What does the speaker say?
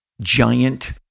giant